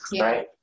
Right